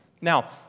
Now